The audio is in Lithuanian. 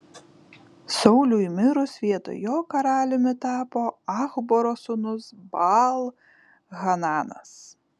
sauliui mirus vietoj jo karaliumi tapo achboro sūnus baal hananas